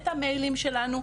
את המיילים שלנו,